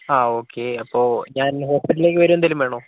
ആ ഓക്കെ അപ്പോൾ ഞാൻ ഹോസ്പിറ്റലിലേക്ക് വരികയാണ് എന്തെങ്കിലും വേണോ